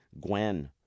Gwen